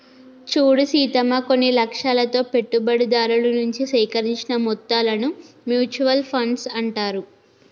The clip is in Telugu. చూడు సీతమ్మ కొన్ని లక్ష్యాలతో పెట్టుబడిదారుల నుంచి సేకరించిన మొత్తాలను మ్యూచువల్ ఫండ్స్ అంటారు